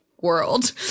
World